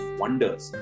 wonders